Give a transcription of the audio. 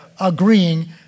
agreeing